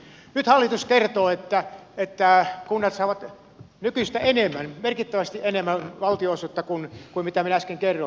nyt hallitus kertoo että kunnat saavat nykyistä enemmän merkittävästi enemmän valtionosuutta kuin mitä minä äsken kerroin